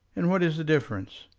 and what is the difference?